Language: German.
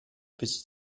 bis